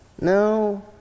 no